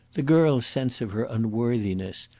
the girl's sense of her unworthiness,